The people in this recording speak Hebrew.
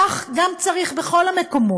כך צריך בכל המקומות,